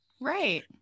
right